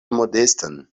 modestan